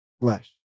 flesh